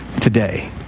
today